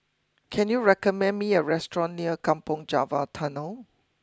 can you recommend me a restaurant near Kampong Java Tunnel